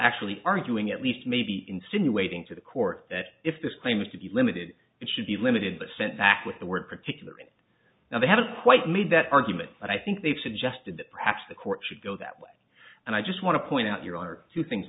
actually arguing at least maybe insinuating to the court that if this claim is to be limited it should be limited but sent back with the word now they haven't quite made that argument but i think they've suggested that perhaps the court should go that way and i just want to point out there are two things